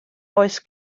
oes